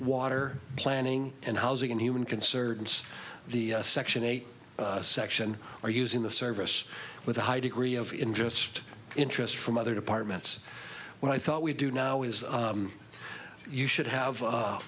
water planning and housing and human concerns the section eight section are using the service with a high degree of injust interest from other departments when i thought we do now as you should have